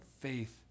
faith